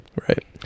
Right